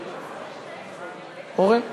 אורן?